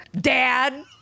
Dad